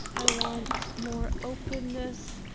i want more openness.